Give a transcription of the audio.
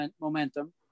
momentum